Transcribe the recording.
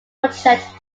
project